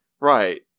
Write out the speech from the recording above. Right